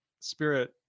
Spirit